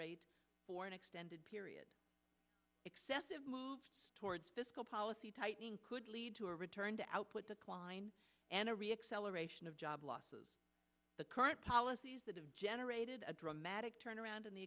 rate for an extended period excessive move towards fiscal policy tightening could lead to a return to output the quine an array acceleration of job losses the current policies that have generated a dramatic turnaround in the